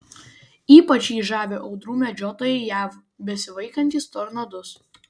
ypač jį žavi audrų medžiotojai jav besivaikantys tornadus